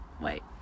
wait